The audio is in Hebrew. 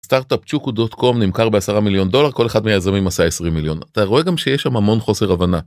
סטארטאפ צ'וקו דוט קום נמכר בעשרה מיליון דולר כל אחד מהייזמים עשה 20 מיליון אתה רואה גם שיש שם המון חוסר הבנה.